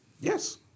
Yes